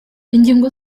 ingingo